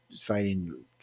fighting